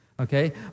Okay